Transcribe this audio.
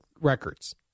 records